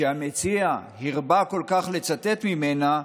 שהמציע הרבה כל כך לצטט ממנה,